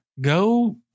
go